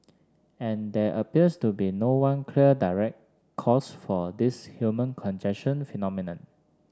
and there appears to be no one clear direct cause for this human congestion phenomenon